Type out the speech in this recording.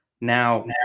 Now